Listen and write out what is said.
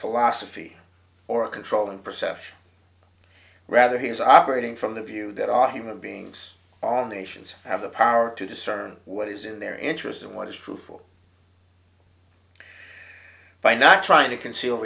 philosophy or controlling perception rather he is operating from the view that all human beings all nations have the power to discern what is in their interest and what is true for by not trying to conceal